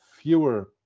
fewer